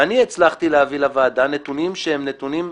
ואני הצלחתי להביא לוועדה נתונים שהם נתונים,